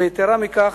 ויתירה מכך,